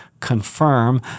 Confirm